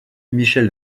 michel